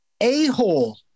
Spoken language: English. a-hole